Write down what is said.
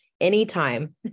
anytime